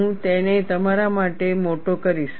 હું તેને તમારા માટે મોટો કરીશ